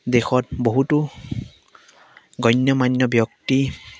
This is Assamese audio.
দেশত বহুতো গণ্য মান্য ব্যক্তি